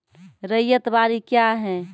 रैयत बाड़ी क्या हैं?